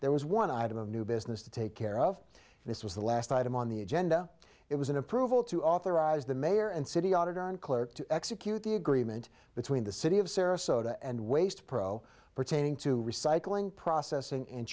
there was one item of new business to take care of this was the last item on the agenda it was an approval to authorize the mayor and city auditor and clerk to execute the agreement between the city of sarasota and waste pro pertaining to recycling processing and